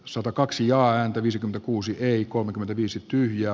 satakaksi jaa ääntä viisi kuusi ei kolmekymmentäviisi tyhjää